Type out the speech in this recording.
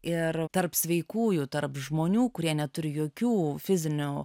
ir tarp sveikųjų tarp žmonių kurie neturi jokių fizinių